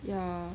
ya